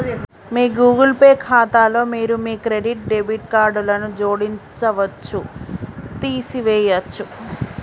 మీ Google Pay ఖాతాలో మీరు మీ క్రెడిట్, డెబిట్ కార్డులను జోడించవచ్చు, తీసివేయచ్చు